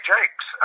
Jakes